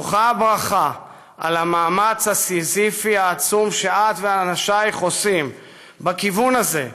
שלוחה הברכה על המאמץ הסיזיפי העצום שאת ואנשייך עושים בכיוון הזה,